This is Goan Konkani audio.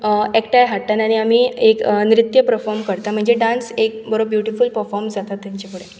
एकठांय हाडटात आनी आमी एक नृत्य परफोम करता म्हणजे एक डांस बरो ब्युटिफूल परफोम जाता तांचे कडेन